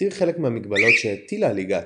הותיר חלק מהמגבלות שהטילה הליגה הצבאית,